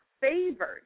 favored